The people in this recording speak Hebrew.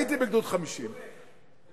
הייתי בגדוד 50. ג'ומס,